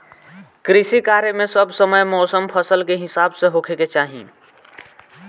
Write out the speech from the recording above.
कृषि कार्य मे सब समय मौसम फसल के हिसाब से होखे के चाही